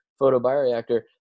photobioreactor